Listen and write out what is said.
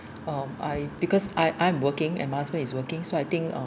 um I because I I'm working and my husband is working so I think uh